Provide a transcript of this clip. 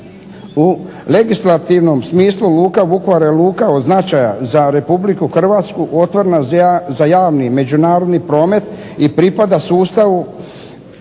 U legislativnom smislu Luka Vukovar je luka od značaja za Republiku Hrvatsku otvorena za javni međunarodni promet i pripada sustavu